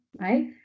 right